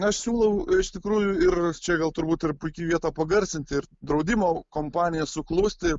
aš siūlau iš tikrųjų ir čia gal turbūt ir puiki vieta pagarsinti ir draudimo kompaniją suklusti